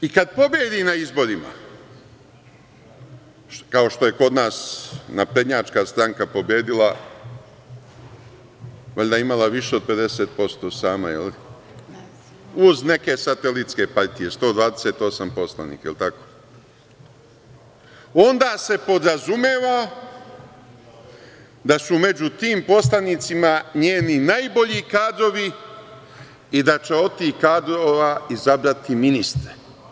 I kad pobedi na izborima, kao što je kod nas naprednjačka stranka pobedila, valjda je imala više od 50% sama, uz neke satelitske partije, 128 poslanika, je li tako, onda se podrazumeva da su među tim poslanicima njeni najbolji kadrovi i da će od tih kadrova izabrati ministre.